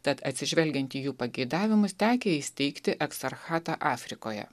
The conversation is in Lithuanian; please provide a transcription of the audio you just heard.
tad atsižvelgiant į jų pageidavimus tekę įsteigti ekzarchatą afrikoje